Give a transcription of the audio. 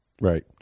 Right